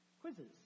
quizzes